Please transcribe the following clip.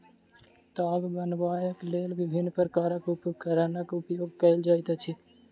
ताग बनयबाक लेल विभिन्न प्रकारक उपकरणक उपयोग कयल जाइत अछि